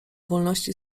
wolności